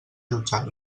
jutjar